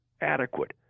adequate